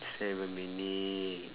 seven minute